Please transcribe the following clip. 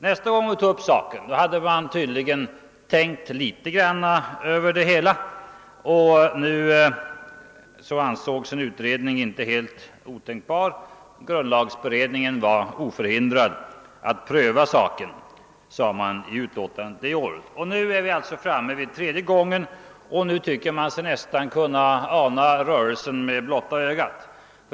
Nästa gång vi tog upp saken hade man tydligen börjat fundera något litet över det hela och en utredning ansågs inte helt otänkbar; grundlagberedningen var oförhindrad att pröva frågan, hette det i utlåtandet det året. Och nu, när motionen alltså väckts för tredje gången, tycker man sig nästan se rörelsen med blotta ögat.